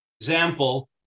example